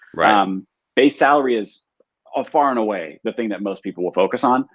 um base salary is ah far and away the thing that most people will focus on.